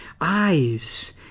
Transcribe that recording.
eyes